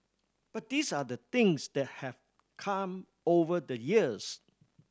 but these are the things that have come over the years